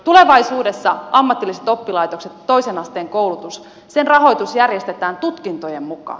tulevaisuudessa ammatillisten oppilaitosten toisen asteen koulutuksen rahoitus järjestetään tutkintojen mukaan